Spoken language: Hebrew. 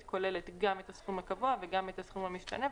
כוללת גם את הסכום הקבוע וגם את הסכום המשתנה,